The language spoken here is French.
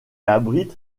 abrite